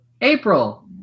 April